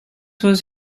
was